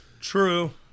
True